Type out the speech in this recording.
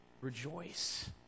Rejoice